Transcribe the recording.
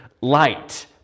light